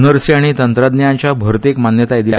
नर्सी आनी तंत्रज्ञांच्या भरतेक मान्यताय दिल्या